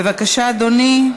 בבקשה, אדוני.